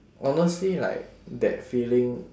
honestly like that feeling